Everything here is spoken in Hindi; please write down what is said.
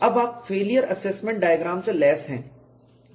अब आप फेलियर असेसमेंट डायग्राम से लैस हैं